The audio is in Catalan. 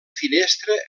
finestra